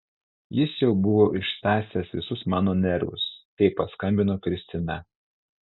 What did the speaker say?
jis jau buvo ištąsęs visus mano nervus kai paskambino kristina